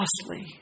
costly